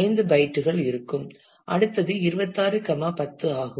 5 பைட்டுகள் இருக்கும் அடுத்தது 26 10 ஆகும்